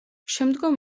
შემდგომ